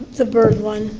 the byrd one,